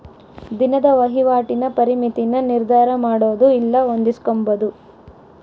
ದಿನದ ವಹಿವಾಟಿನ ಪರಿಮಿತಿನ ನಿರ್ಧರಮಾಡೊದು ಇಲ್ಲ ಹೊಂದಿಸ್ಕೊಂಬದು